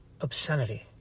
obscenity